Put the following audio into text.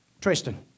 Tristan